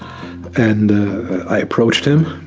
and i approached him.